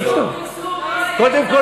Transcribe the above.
קודם כול,